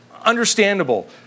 understandable